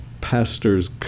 pastors